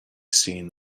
seen